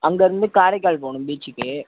அங்கே இருந்து காரைக்கால் போகணும் பீச்சுக்கு